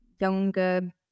younger